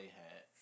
hat